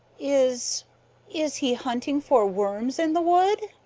is is he hunting for worms in the wood?